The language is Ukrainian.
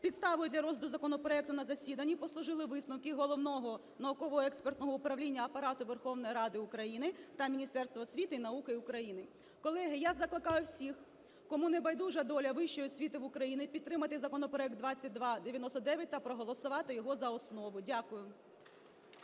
Підставою для розгляду законопроекту на засіданні послужили висновки Головного науково-експертного управління Апарату Верховної Ради України та Міністерства освіти й науки України. Колеги, я закликаю всіх, кому не байдужа доля вищої освіти в Україні, підтримати законопроект 2299 та проголосувати його за основу. Дякую.